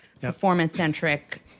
performance-centric